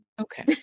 Okay